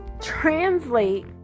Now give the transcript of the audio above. translate